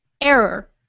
Error